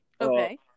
Okay